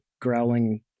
growling